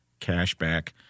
cashback